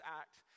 act